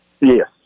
Yes